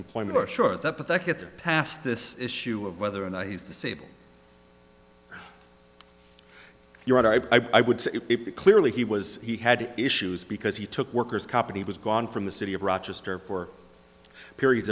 employment are sure that that gets past this issue of whether or not he's disabled you're right i would say clearly he was he had issues because he took workers comp and he was gone from the city of rochester for periods